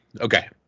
okay